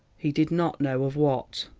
he did not know of what.